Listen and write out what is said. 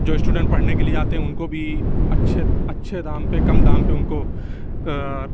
جو اسٹوڈینٹ پڑھنے کے لیے آتے ہیں اُن کو بھی اچھے اچھے دام پہ کم دام پہ اُن کو